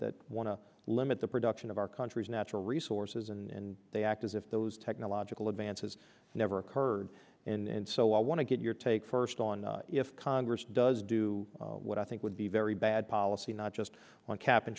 that want to limit the production of our country's natural resources and they act as if those technological advances never occurred and so i want to get your take first on if congress does do what i think would be very bad policy not just on cap and